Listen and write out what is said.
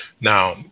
Now